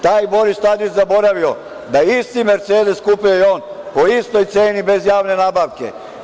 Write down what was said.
Taj Boris Tadić je zaboravio da je isti mercedes kupio on, po istoj ceni i bez javne nabavke.